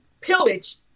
pillage